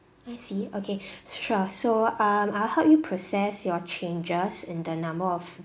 I see okay sure so um I'll help you process your changes in the number of